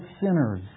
sinners